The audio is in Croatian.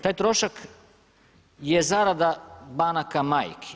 Taj trošak je zarada banaka majki.